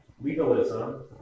Legalism